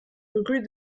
rue